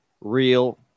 real